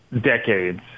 decades